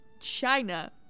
China